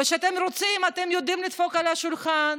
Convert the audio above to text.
וכשאתם רוצים אתם יודעים לדפוק על השולחן